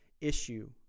issue